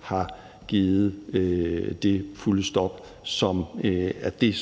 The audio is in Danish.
har givet det fulde stop, som er det,